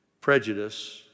Prejudice